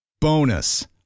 Bonus